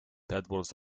tadpoles